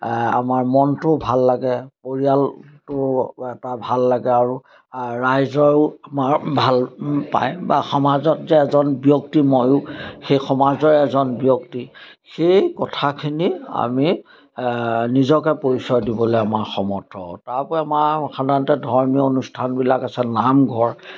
আমাৰ মনটোও ভাল লাগে পৰিয়ালটো এটা ভাল লাগে আৰু ৰাইজৰো আমাৰ ভাল পায় বা সমাজত যে এজন ব্যক্তি ময়ো সেই সমাজৰ এজন ব্যক্তি সেই কথাখিনি আমি নিজকে পৰিচয় দিবলে আমাৰ সমৰ্থ তাৰপৰা আমাৰ সাধাৰণতে ধৰ্মীয় অনুষ্ঠানবিলাক আছে নামঘৰ